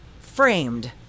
Framed